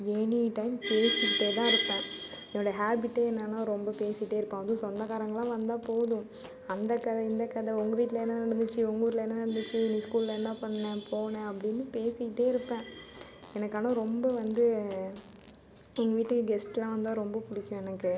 any time பேசிகிட்டே தான் இருப்பேன் என்னோடய ஹேபிட்டே என்னான்னா ரொம்ப பேசிகிட்டே இருப்பேன் அதும் சொந்தக்காரவங்ளாம் வந்தால் போதும் அந்தக்கதை இந்தக்கத உங்க வீட்டில் என்ன நடந்துச்சு உங்க ஊரில் என்ன நடந்துச்சு நீ ஸ்கூலில் என்ன பண்ண போன அப்படின் பேசிகிட்டே இருப்பேன் எனக்கு ஆனால் ரொம்ப வந்து எங்கள் வீட்டுக்கு கெஸ்ட்லாம் வந்தால் ரொம்ப பிடிக்கும் எனக்கு